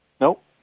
nope